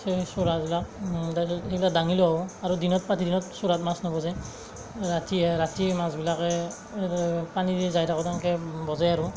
সেই চূড়াবিলাক তাৰপিছত সেইবিলাক দাঙি লৈ আহো আৰু দিনত পাতিলেও চূড়াত মাছ নভজে ৰাতিহে ৰাতি মাছবিলাকে পানী দি যায় থাকোতে এনেকৈ বজে আৰু